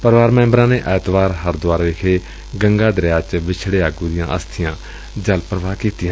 ਪਰਿਵਾਰ ਮੈਂਬਰਾਂ ਨੇ ਐਤਵਾਰ ਹਰਿਦੁਆਰ ਵਿਖੇ ਗੰਗਾ ਦਰਿਆ ਚ ਵਿਛੜੇ ਆਗੁ ਦੀਆਂ ਅਸਥੀਆਂ ਜਲ ਪ੍ਰਵਾਹ ਕੀਤੀਆਂ